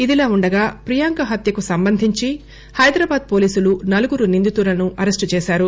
ఇదిలావుండగా ప్రియాంక హత్యకు సంబంధించి హైదరాబాద్ పోలీసులు నలుగురు నిందితులను అరెస్టు చేశారు